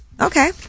Okay